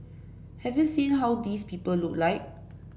have you seen how these people look like